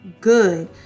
good